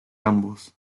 ambos